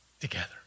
Together